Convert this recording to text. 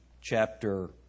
chapter